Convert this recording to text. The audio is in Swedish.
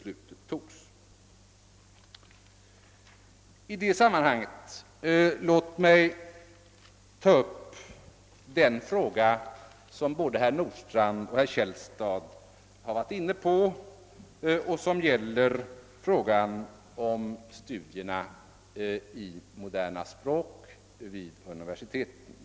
Låt mig i det sammanhanget ta upp den fråga som både herr Nordstrandh och herr Källstad har varit inne på — frågan om studierna i moderna språk vid universiteten.